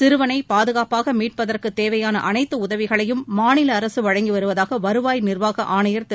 சிறுவனை பாதுகாப்பாக மீட்பதற்குத் தேவையாள அனைத்து உதவிகளையும் மாநில அரசு வழங்கி வருவதாக வருவாய் நிர்வாக ஆணையர் திரு